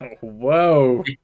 Whoa